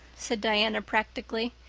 said diana practically.